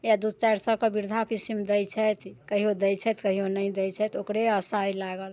इएह दू चारि सएके वृद्धा पेंशन दै छथि कहियो दै छथि कहियो नहि दै छथि तऽ ओकरे आशा अइ लागल